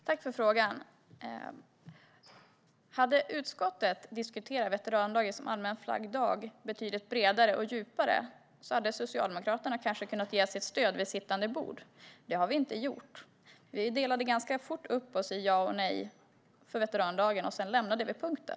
Herr ålderspresident! Tack för frågan! Hade utskottet diskuterat veterandagen som allmän flaggdag betydligt bredare och djupare hade Socialdemokraterna kanske kunnat ge sitt stöd vid sittande bord. Det gjordes inte. Vi delade ganska fort upp oss i ja eller nej till veterandagen, och sedan lämnade vi punkten.